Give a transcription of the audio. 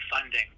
funding